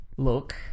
Look